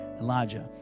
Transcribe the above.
Elijah